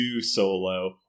solo